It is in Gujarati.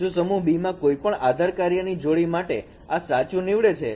જો સમૂહ B માં કોઈપણ આધાર કાર્ય ની જોડી માટે આ સાચું નીવડે છે